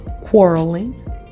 quarreling